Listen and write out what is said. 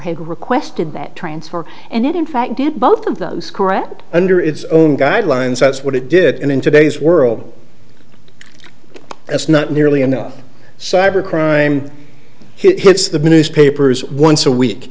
had requested that transfer and it in fact did both of those correct under its own guidelines that's what it did and in today's world that's not nearly enough cyber crime hits the newspapers once a week